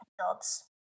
jobs